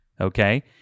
okay